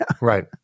right